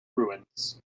ruins